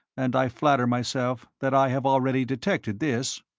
and i flatter myself that i have already detected this.